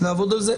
נעבוד על זה.